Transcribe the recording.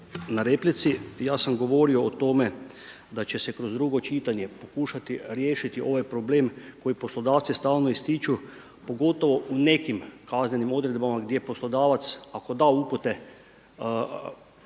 na replici. Ja sam govorio o tome da će se kroz drugo čitanje pokušati riješiti ovaj problem koji poslodavci stalno ističu pogotovo u nekim kaznenim odredbama gdje poslodavac ako da upute